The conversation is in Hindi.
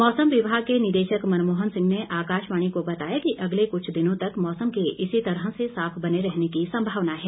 मौसम विभाग के निदेशक मनमोहन सिंह ने आकाशवाणी को बताया कि अगले कुछ दिनों तक मौसम के इसी तरह से साफ बने रहने की संभावना है